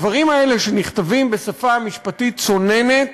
הדברים האלה, שנכתבים בשפה משפטית צוננת,